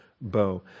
bow